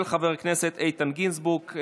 של חבר הכנסת איתן גינזבורג.